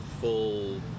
full